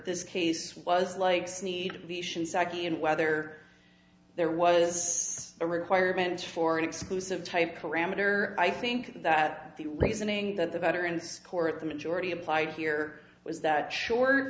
this case was like sneed the shinseki and whether there was a requirement for an exclusive type parameter i think that the reasoning that the veterans court the majority applied here was that short